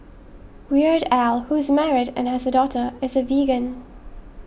Weird Al who is married and has a daughter is a vegan